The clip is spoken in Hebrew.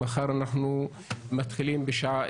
מחר אנחנו מתחיל בשעה